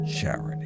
charity